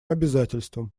обязательствам